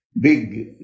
big